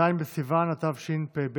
ז' בסיוון התשפ"ב